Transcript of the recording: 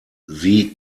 sie